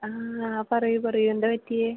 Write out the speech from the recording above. ആ പറയൂ പറയൂ എന്താണ് പറ്റിയത്